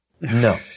No